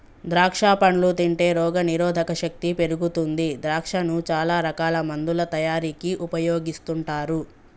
ద్రాక్షా పండ్లు తింటే రోగ నిరోధక శక్తి పెరుగుతుంది ద్రాక్షను చాల రకాల మందుల తయారీకి ఉపయోగిస్తుంటారు